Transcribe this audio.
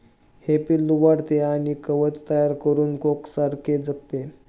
हे पिल्लू वाढते आणि कवच तयार करून कोकोसारखे जगते